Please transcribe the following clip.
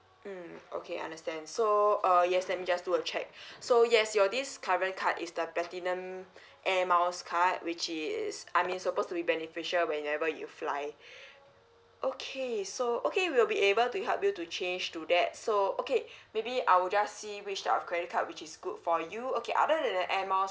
mm okay understand so uh yes let me just do a check so yes your this current card is the platinum air miles card which is I mean it supposed to be beneficial whenever you fly okay so okay we'll be able to help you to change to that so okay maybe I'll just see which of the credit card which is good for you okay other than the air miles